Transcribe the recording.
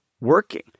working